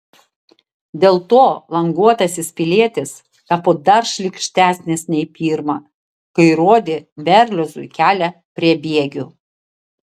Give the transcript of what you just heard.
dėl to languotasis pilietis tapo dar šlykštesnis nei pirma kai rodė berliozui kelią prie bėgių